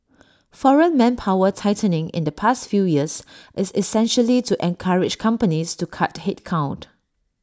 foreign manpower tightening in the past few years is essentially to encourage companies to cut headcount